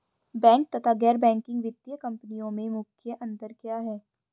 Bank तथा गैर banking वित्तीय कंपनियों में मुख्य अंतर क्या है?